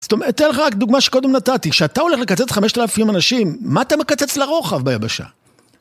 תן לך רק דוגמה שקודם נתתי, כשאתה הולך לקצץ 5,000 אנשים, מה אתה מקצץ לרוחב ביבשה?